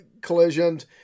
collisions